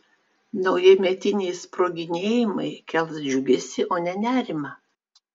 naujametiniai sproginėjimai kels džiugesį o ne nerimą